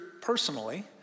personally